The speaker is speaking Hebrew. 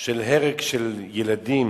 של הרג של ילדים,